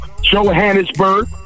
Johannesburg